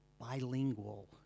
bilingual